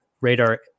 radar